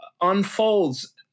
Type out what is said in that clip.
unfolds